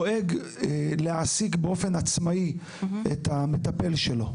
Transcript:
דואג להעסיק באופן עצמאי את המטפל שלו,